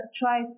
try